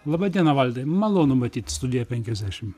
laba diena valdai malonu matyt studijoje penkiasdešim